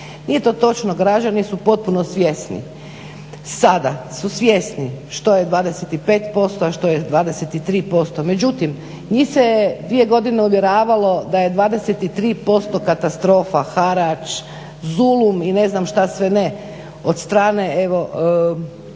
Nije to točno, građani su potpuno svjesni, sada su svjesni što je 25%, a što je 23%. Međutim, njih se dvije godine uvjeravalo da je 23% katastrofa, harač, zulum i ne znam šta sve ne od strane